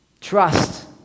Trust